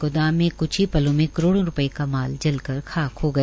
गोदाम में क्छ ही पलों में करोड़ो रूपये का माल जल कर खाक हो गया